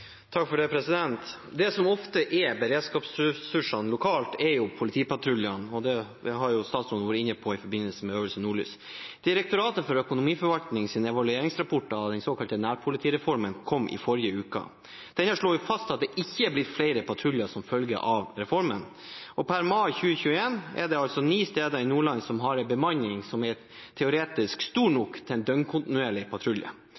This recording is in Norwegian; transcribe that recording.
Det som ofte er beredskapsressursene lokalt, er politipatruljene. Det har statsråden vært inne på i forbindelse med Øvelse Nordlys. Direktoratet for økonomiforvaltnings evalueringsrapport av den såkalte nærpolitireformen kom i forrige uke. Den slår fast at det ikke er blitt flere patruljer som følge av reformen. Per mai 2021 er det altså ni steder i Nordland som har en bemanning som teoretisk er stor nok til en døgnkontinuerlig patrulje.